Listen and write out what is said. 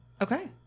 Okay